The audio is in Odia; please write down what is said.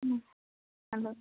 ହଁ ହ୍ୟାଲୋ